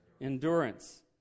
Endurance